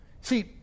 See